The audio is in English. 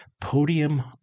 Podium